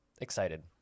excited